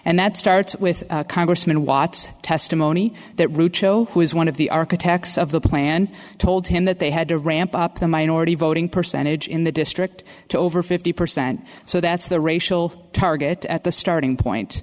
and that starts with congressman watts testimony that route show was one of the architects of the plan told him that they had to ramp up the minority voting percentage in the district to over fifty percent so that's the racial target at the starting point